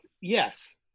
yes